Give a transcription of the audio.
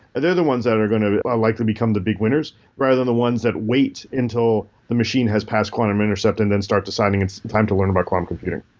they're the ones that are going to likely become the big winners rather than the ones that wait until the machine has passed quantum intercept and then start deciding it's time to learn about quantum computing.